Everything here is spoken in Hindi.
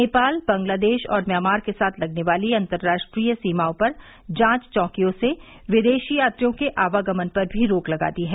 नेपाल बंगलादेश और म्यांमार के साथ लगने वाली अंतर्राष्ट्रीय सीमाओं पर जांच चौकियों से विदेशी यात्रियों के आवागमन पर भी रोक लगा दी है